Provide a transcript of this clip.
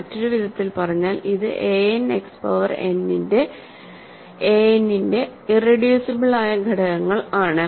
മറ്റൊരു വിധത്തിൽ പറഞ്ഞാൽ ഇത് an എക്സ് പവർ എൻ ന്റെ ഇറെഡ്യൂസിബിൾ ആയ ഘടകങ്ങൾ ആണ്